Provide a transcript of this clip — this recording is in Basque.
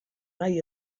nahi